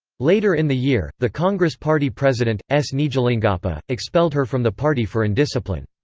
later in the year, the congress party president, s. nijalingappa, expelled her from the party for indiscipline.